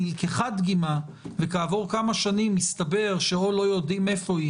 נלקחה דגימה וכעבור כמה שנים מסתבר שאו שלא יודעים איפה היא